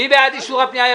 מי בעד אישור הפניות?